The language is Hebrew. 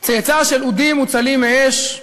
צאצא של אודים מוצלים מאש,